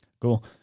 Cool